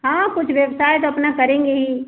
हाँ कुछ व्यवसाय तो अपना करेंगे ही